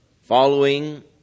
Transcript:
following